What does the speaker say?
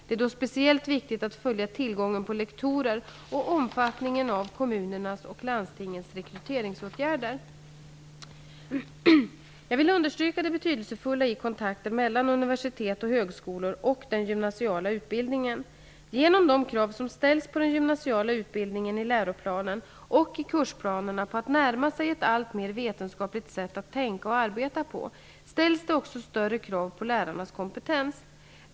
Det är då speciellt viktigt att följa tillgången på lektorer och omfattningen av kommunernas och landstingens rekryteringsåtgärder. Jag vill understryka det betydelsefulla i kontakter mellan universitet och högskolor och den gymnasiala utbildningen. Genom de krav som ställs på den gymnasiala utbildningen i läroplanen och i kursplanerna på att närma sig ett allt mer vetenskapligt sätt att tänka och arbeta ställs det också större krav på lärarnas kompetens.